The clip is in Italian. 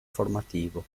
formativo